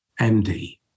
MD